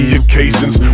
occasions